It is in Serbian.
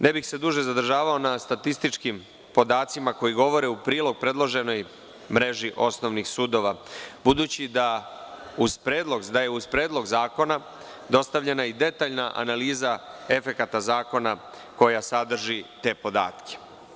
Ne bih se duže zadržavao na statističkim podacima koji govore u prilog predloženoj mreži osnovnih sudova, budući da je uz Predlog zakona dostavljena i detaljna analiza efekata zakona koja sadrži te podatke.